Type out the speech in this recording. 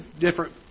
different